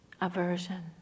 aversion